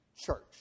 church